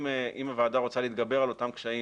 אם הוועדה רוצה להתגבר על אותם קשיים